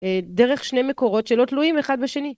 דרך שני מקורות שלא תלויים אחד בשני